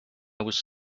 was